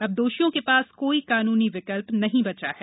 अब दोषियों के पास कोई कानूनी विकल्प नहीं बचा है